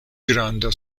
granda